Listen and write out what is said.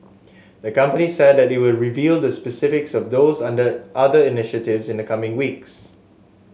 the company said that it would reveal the specifics of those under other initiatives in the coming weeks